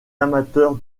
amateurs